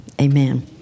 Amen